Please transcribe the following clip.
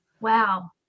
wow